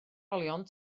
olion